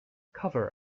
cover